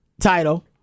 title